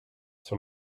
sur